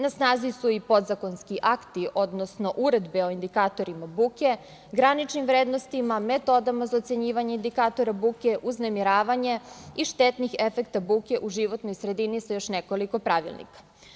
Na snazi su i podzakonski akti, odnosno uredbe o indikatorima buke, graničnim vrednostima, metodama za ocenjivanje indikatora buke, uznemiravanje i štetnih efekta buke u životnoj sredini sa još nekoliko pravilnika.